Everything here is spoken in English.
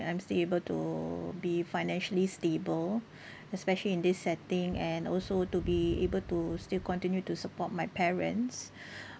I'm still able to be financially stable especially in this setting and also to be able to still continue to support my parents